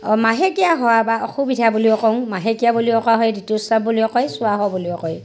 মাহেকীয়া হোৱা বা অসুবিধা বুলিও কং মাহেকীয়া বুলিও কোৱা হয় ঋতুস্ৰাৱ বুলিও কয় চুৱা হোৱা বুলিও কয়